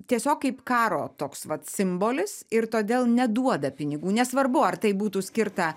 tiesiog kaip karo toks vat simbolis ir todėl neduoda pinigų nesvarbu ar tai būtų skirta